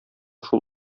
шул